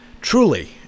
truly